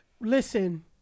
Listen